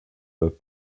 that